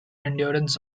endurance